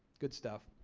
good stuff.